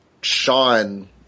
sean